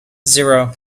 zero